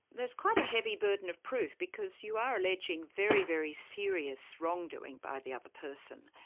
there's quite a heavy burden of proof because you are alleging very, very serious wrongdoing by the other person.